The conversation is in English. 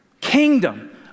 kingdom